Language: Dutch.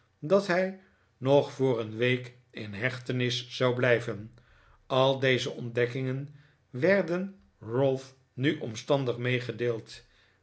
dat hij nog voor een week in hechtenis zou blijven al deze ontdekkingen werden ralph nu omstandig meegedeeld